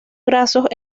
grasos